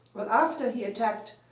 well, after he attacked,